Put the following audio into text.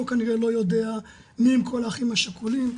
כנראה לא יודע מי הם כל האחים השכולים,